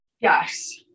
yes